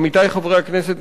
עמיתי חברי הכנסת,